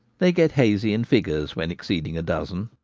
they get hazy in figures when exceeding a dozen.